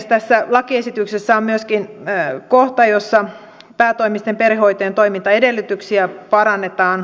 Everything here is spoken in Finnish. tässä lakiesityksessä on myöskin kohta jossa päätoimisten perhehoitajien toimintaedellytyksiä parannetaan